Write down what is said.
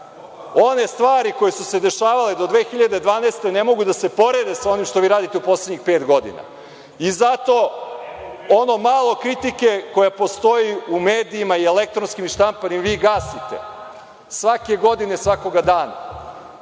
One stvari koje su se dešavale do 2012. godine ne mogu da se porede sa onim što vi radite u poslednjih pet godina. Zato ono malo kritike koja postoji u medijima i elektronskim i štampanim vi gasite. Svake godine, svakoga dana.